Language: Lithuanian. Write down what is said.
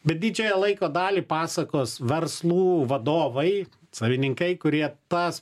bet didžiąją laiko dalį pasakos verslų vadovai savininkai kurie tas